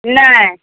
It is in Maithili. नहि